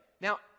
Now